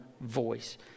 voice